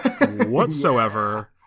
whatsoever